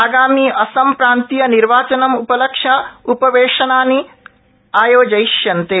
आगामी असमप्रान्तीय निर्वाचनम्पलक्ष्य उपवेशनानि आयोजयिष्यन्ते